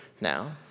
now